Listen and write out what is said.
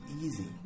easy